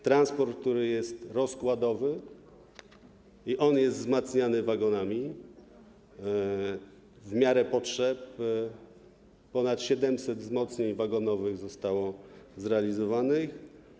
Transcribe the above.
Transport, który jest rozkładowy, on jest wzmacniany wagonami w miarę potrzeb, bo ponad 700 wzmocnień wagonowych zostało zrealizowanych.